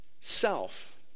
self